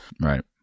Right